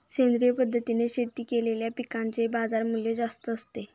सेंद्रिय पद्धतीने शेती केलेल्या पिकांचे बाजारमूल्य जास्त असते